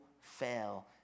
fail